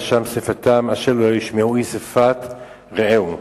שם שפתם אשר לא ישמעו איש שפת רעהו",